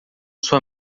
sua